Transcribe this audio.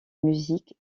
musique